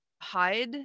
hide